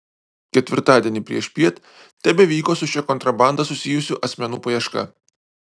ketvirtadienį priešpiet tebevyko su šia kontrabanda susijusių asmenų paieška